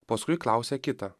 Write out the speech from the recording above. paskui klausia kitą